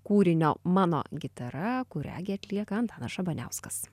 kūrinio mano gitara kurią gi atlieka antanas šabaniauskas